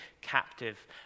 captive